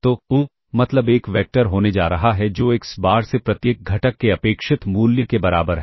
तो मतलब एक वेक्टर होने जा रहा है जो एक्स बार से प्रत्येक घटक के अपेक्षित मूल्य के बराबर है